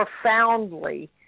profoundly